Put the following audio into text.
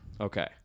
Okay